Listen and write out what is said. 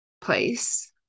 place